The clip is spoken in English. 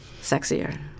sexier